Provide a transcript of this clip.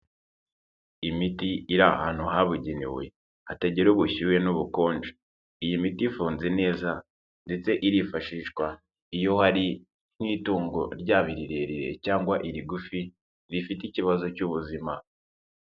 Imiti iri ahantu habugenewe hatagira ubushyuhe n'ubukonje. Iyi miti ifunze neza ndetse irifashishwa, iyo hari nk'itungo ryaba irirerire cyangwa irigufi rifite ikibazo cy'ubuzima.